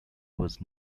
was